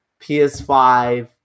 PS5